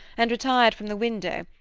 and retired from the window,